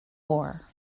war